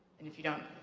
if you don't